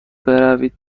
بروید